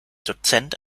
dozent